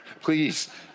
please